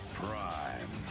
prime